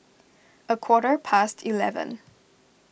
a quarter past eleven